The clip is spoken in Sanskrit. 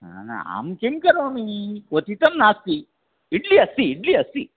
न न अहं किं करोमि क्वथितं नास्ति इड्लि अस्ति इड्लि अस्ति